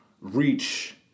reach